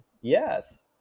Yes